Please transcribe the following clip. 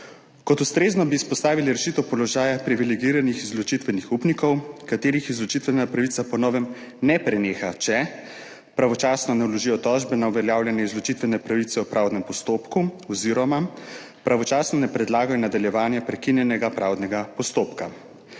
Kot ustrezno bi izpostavili rešitev položaja privilegiranih izločitvenih upnikov, katerih izločitvena pravica po novem ne preneha, če pravočasno ne vložijo tožbe na uveljavljanje izločitvene pravice v pravdnem postopku oziroma pravočasno ne predlagajo nadaljevanja prekinjenega pravdnega postopka,